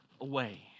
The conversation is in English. away